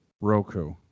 Roku